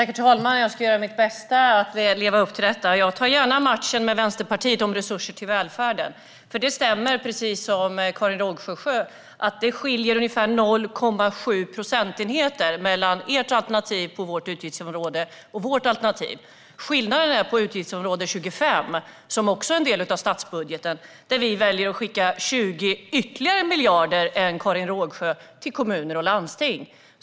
Herr talman! Jag ska göra mitt bästa för att leva upp till detta. Jag tar gärna matchen med Vänsterpartiet om resurser till välfärden. Det stämmer att det skiljer ungefär 0,7 procentenheter mellan ert alternativ på det här utgiftsområdet och vårt alternativ. Den stora skillnaden finns på utgiftsområde 25, som också är en del av statsbudgeten, där vi väljer att skicka 20 ytterligare miljarder jämfört med Karin Rågsjös parti till kommuner och landsting.